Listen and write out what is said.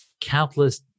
countless